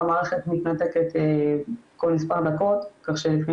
המערכת מתנתקת כל מספר דקות כך שלפעמים